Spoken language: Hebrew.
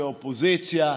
כאופוזיציה,